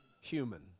Human